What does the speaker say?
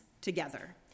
together